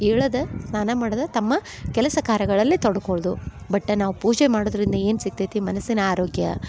ಏಳೋದ ಸ್ನಾನ ಮಾಡುದು ತಮ್ಮ ಕೆಲಸ ಕಾರ್ಯಗಳಲ್ಲಿ ತೊಡ್ಕೊಳ್ಳುದು ಬಟ್ ನಾವು ಪೂಜೆ ಮಾಡೋದ್ರಿಂದ ಏನು ಸಿಗ್ತೈತಿ ಮನಸ್ಸಿನ ಆರೋಗ್ಯ